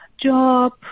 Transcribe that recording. job